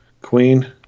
Queen